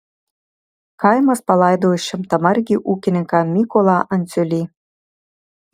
kaimas palaidojo šimtamargį ūkininką mykolą andziulį